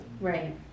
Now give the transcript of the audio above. right